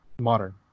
Modern